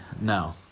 No